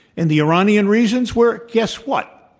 and the iranian reasons were, guess what,